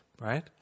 Right